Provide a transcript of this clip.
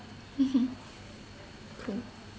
mmhmm cool